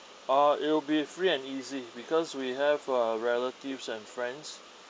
uh it'll be free and easy because we have uh relatives and friends